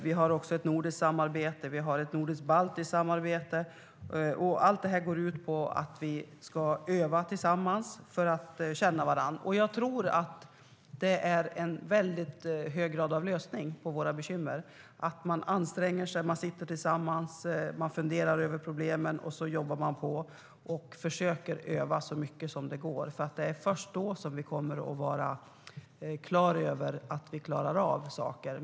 Vi har också ett nordiskt samarbete och ett nordisk-baltiskt samarbete. Allt det här går ut på att vi ska öva tillsammans för att känna varandra. Jag tror att det i väldigt hög grad är en lösning på våra bekymmer att man anstränger sig, sitter tillsammans, funderar över problemen, jobbar på och försöker öva så mycket som det går. Det är först då vi kommer att vara klara över att vi klarar av saker.